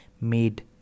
made